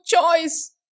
choice